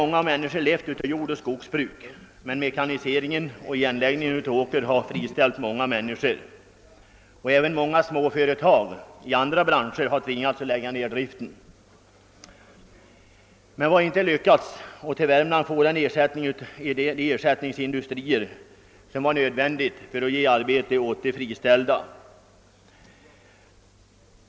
Många människor har där levt av jordoch skogsbruk, men mekaniseringen och igenläggningen av åkerjord har friställt ett stort antal. Flera småföretag i andra branscher har också tvingats lägga ned driften. Vi har inte lyckats till Värmland få de ersättnings industrier som var nödvändiga om de friställda skulle kunna ges arbete.